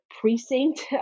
precinct